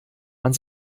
man